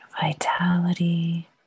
vitality